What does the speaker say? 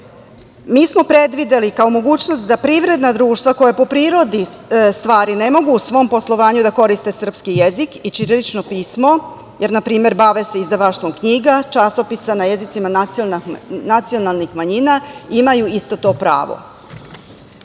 mi smo predvideli kao mogućnost da privredna društva, koja po prirodi stvari, ne mogu u svom poslovanju da koriste srpski jezik i ćirilično pismo, jer na primer, bave se izdavaštvom knjiga, časopisa na jezicima nacionalnih manjina imaju isto to pravo. Treći